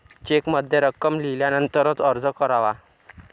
चेकमध्ये रक्कम लिहिल्यानंतरच अर्ज करावा